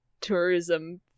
tourism